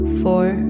four